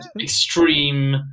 extreme